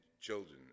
children